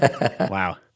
Wow